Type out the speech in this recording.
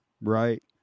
right